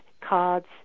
cards